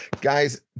Guys